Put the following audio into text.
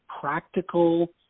practical